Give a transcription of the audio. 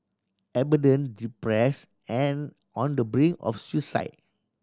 abandon depress and on the brink of suicide